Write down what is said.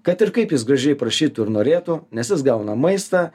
kad ir kaip jis gražiai prašytų ir norėtų nes jis gauna maistą